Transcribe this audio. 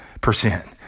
percent